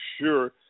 sure